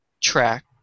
track